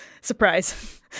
surprise